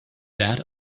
that